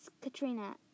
Katrina